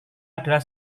adalah